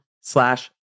slash